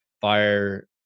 fire